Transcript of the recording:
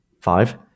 Five